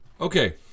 Okay